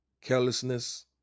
carelessness